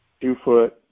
two-foot